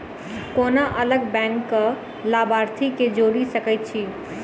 कोना अलग बैंकक लाभार्थी केँ जोड़ी सकैत छी?